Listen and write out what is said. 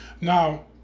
now